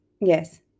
Yes